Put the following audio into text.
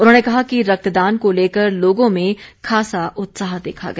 उन्होंने कहा कि रक्तदान को लेकर लोगों में खासा उत्साह देखा गया